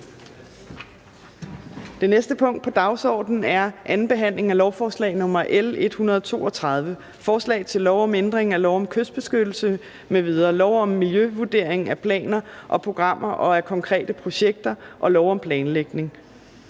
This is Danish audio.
Det næste punkt på dagsordenen er: 11) 2. behandling af lovforslag nr. L 132: Forslag til lov om ændring af lov om kystbeskyttelse m.v., lov om miljøvurdering af planer og programmer og af konkrete projekter (VVM) og lov om planlægning.